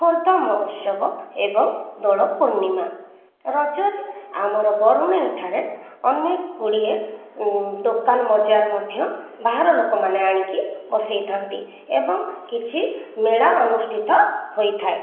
ଖୋର୍ଦ୍ଧା ମହୋତ୍ସବ ଏବଂ ଦୋଳ ପୂର୍ଣ୍ଣିମା ରଜରେ ଆମର ବରୁଣେଇଠାରେ ଅନେକଗୁଡ଼ିଏ ଦୋକାନ ବଜାର ମଧ୍ୟ ବାହାର ଲୋକମାନେ ଆଣିକି ବସାଇଥାନ୍ତି ଏବଂ କିଛି ମେଳା ଅନୁଷ୍ଠିତ ହୋଇଥାଏ